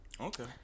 okay